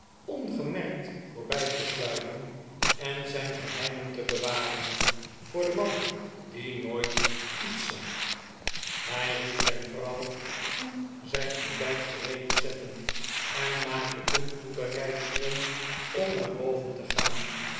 ongemerkt voorbij te sluipen en zijn geheimen te bewaren voor den man die nooit iets zag hij riep zijn vrouw toe zijn ontbijt gereed te zetten en maakte toen toebereidselen om naar boven te gaan